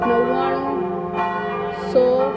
નવ્વાણું સો